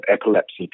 epilepsy